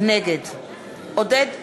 נגד עודד פורר,